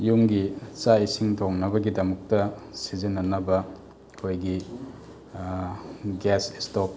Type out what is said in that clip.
ꯌꯨꯝꯒꯤ ꯆꯥꯛ ꯏꯁꯤꯡ ꯊꯣꯡꯅꯕꯒꯤꯗꯃꯛꯇ ꯁꯤꯖꯤꯟꯅꯅꯕ ꯑꯩꯈꯣꯏꯒꯤ ꯒ꯭ꯌꯥꯁ ꯏꯁꯇꯣꯞ